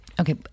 Okay